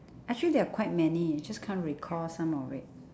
actually there are quite many just can't recall some of it